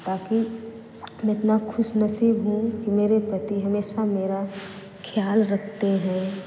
ताकि हम इतना ख़ुशनसीब हूँ कि मेरे पति हमेशा मेरा ख़्याल रखते हैं